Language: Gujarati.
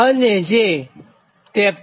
અને 53